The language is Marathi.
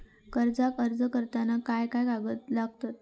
कर्जाक अर्ज करताना काय काय कागद लागतत?